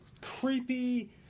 creepy